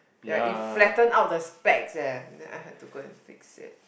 ya it flattened out the specs eh and then I have to go and fix it